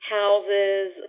houses